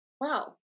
wow